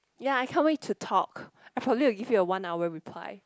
ya I can't wait to talk I'd probably give you a one hour reply